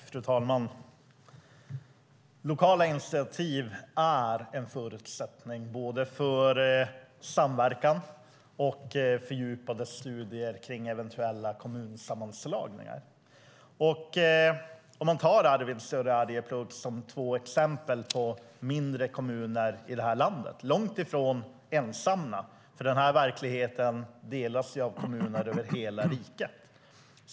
Fru talman! Lokala initiativ är en förutsättning för både samverkan och fördjupade studier av eventuella kommunsammanslagningar. Låt oss ta Arvidsjaur och Arjeplog som exempel på mindre kommuner. De är långt ifrån ensamma, för denna verklighet delas av kommuner över hela riket.